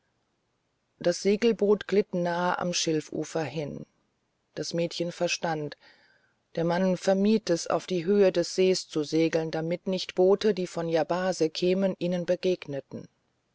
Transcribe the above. das segelboot glitt nah am schilfufer hin das mädchen verstand der mann vermied es auf die höhe des sees zu segeln damit nicht boote die von yabase kämen ihnen begegneten